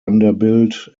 vanderbilt